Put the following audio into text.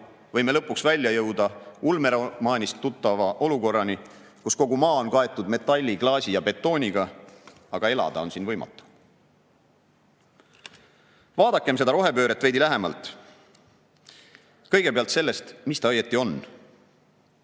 võime lõpuks välja jõuda ulmeromaanist tuttava olukorrani, kus kogu maa on kaetud metalli, klaasi ja betooniga, aga elada on siin võimatu. Vaadakem seda rohepööret veidi lähemalt. Kõigepealt sellest, mis ta õieti on.